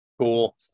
Cool